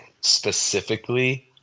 specifically